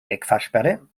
wegfahrsperre